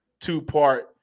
two-part